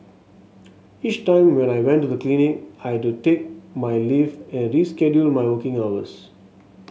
each time when I went to the clinic I had to take my leave and reschedule my working hours